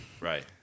right